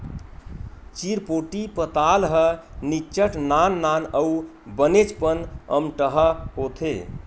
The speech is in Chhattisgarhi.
चिरपोटी पताल ह निच्चट नान नान अउ बनेचपन अम्मटहा होथे